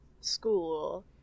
school